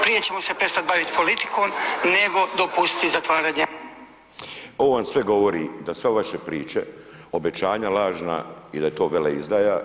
Prije ćemo se prestat bavit politikom, nego dopustiti zatvaranje…“ Ovo vam sve govori, da sve vaše priče, obećanja lažna i da je to veleizdaja.